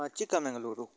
Chikkamagaluru